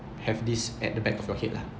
have this at the back of your head lah